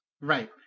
Right